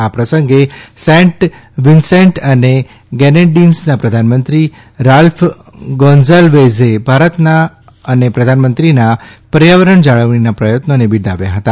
આ પ્રસંગે Saint Vincent અને ગેનેડીન્સના પ્રધાનમંત્રી રાલ્ફ ગોન્સાલ્વેઝે ભારતના અને પ્રધાનમંત્રીના પર્યાવરણ જાળવણીના પ્રથત્નોને બિરદાવ્યા હતા